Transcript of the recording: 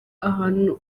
ahantu